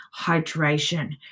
hydration